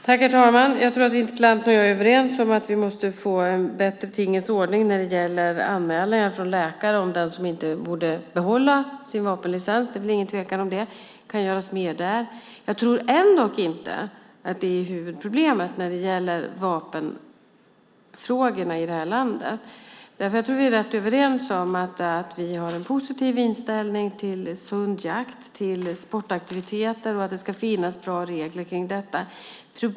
Herr talman! Jag tror att interpellanten och jag är överens om att vi måste få en bättre tingens ordning när det gäller anmälningar från läkare om dem som inte får behålla sin vapenlicens. Det är väl ingen tvekan om det. Det kan göras mer där. Jag tror ändock inte att det är huvudproblemet när det gäller vapenfrågorna i det här landet. Vi är rätt överens om att vi har en positiv inställning till sund jakt, till sportaktiviteter och att det ska finnas bra regler för detta.